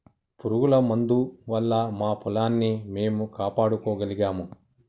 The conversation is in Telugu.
పురుగుల మందు వల్ల మా పొలాన్ని మేము కాపాడుకోగలిగాము